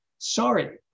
Sorry